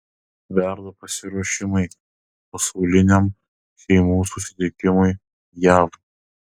verda pasiruošimai pasauliniam šeimų susitikimui jav